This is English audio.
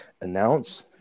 announce